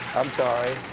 i'm sorry,